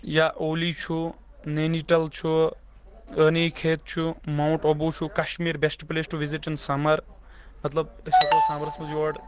یا اولی چھُ نینیٹل چھُ أنِکھیت چھُ ماؤنٹ ابو چھُ Kashmir best place to visit in summer مطلب أسۍ ہیکَو سَمرس منٛز یور